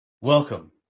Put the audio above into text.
Welcome